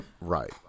Right